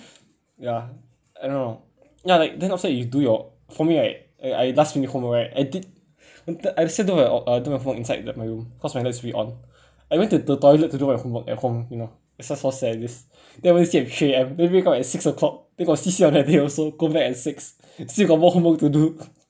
ya I don't know ya like then outside you do your for me right I I last minute homework right I did do my homework inside the my room cause my lights will be on I went to the toilet to do my homework at home you know that's just how sad it is then I went to sleep at three A_M then wake up at six o'clock then got C_C_A on that day also go back at six still got more homework to do